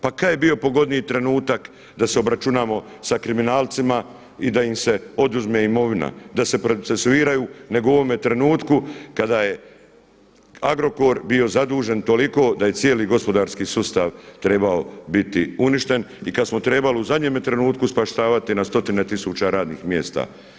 Pa kad je bio pogodniji trenutak da se obračunamo sa kriminalcima i da im se oduzme imovina, da se procesuiraju, nego u ovome trenutku kada je Agrokor bio zadužen toliko da je cijeli gospodarski sustav trebao biti uništen i kad smo trebali u zadnjem trenutku spašavati na stotine tisuća radnih mjesta.